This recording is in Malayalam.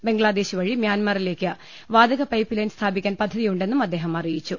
ബംഗ്ലാദേശ് വഴി മ്യാൻമാറിലേക്ക് വാതക പൈപ്പ് ലൈൻ സ്ഥാപി ക്കാൻ പദ്ധതിയുണ്ടെന്നും അദ്ദേഹം അറിയിച്ചു